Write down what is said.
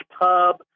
pub